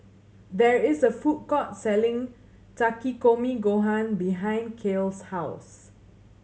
there is a food court selling Takikomi Gohan behind Kiel's house